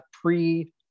pre